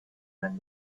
when